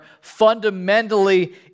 fundamentally